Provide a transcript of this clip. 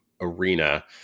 arena